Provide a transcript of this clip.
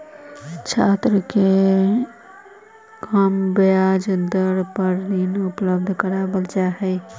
छात्र के कम ब्याज दर पर ऋण उपलब्ध करावल जा हई